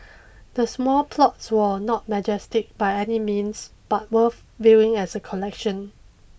the small plots were not majestic by any means but worth viewing as a collection